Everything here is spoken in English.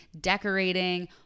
decorating